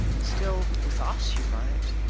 still, with us you might.